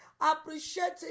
Appreciating